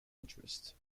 interest